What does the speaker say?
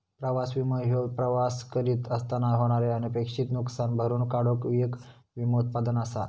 प्रवास विमो ह्यो प्रवास करीत असताना होणारे अनपेक्षित नुसकान भरून काढूक येक विमो उत्पादन असा